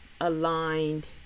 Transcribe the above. aligned